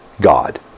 God